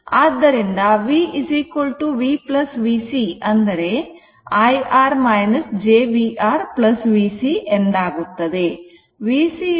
ಆದ್ದರಿಂದ V V VC ಅಂದರೆ I R j vR VC ಎಂದಾಗುತ್ತದೆ